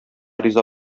риза